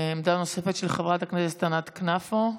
דעה נוספת, של חברת הכנסת ענת כנפו.